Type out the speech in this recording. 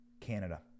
Canada